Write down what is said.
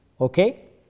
Okay